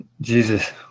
Jesus